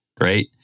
Right